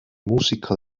música